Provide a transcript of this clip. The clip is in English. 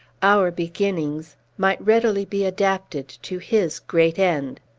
our beginnings might readily be adapted to his great end.